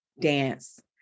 dance